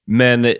men